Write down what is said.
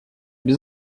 без